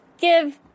give